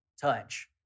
touch